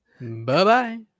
Bye-bye